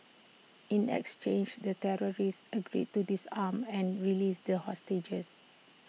in exchange the terrorists agreed to disarm and released the hostages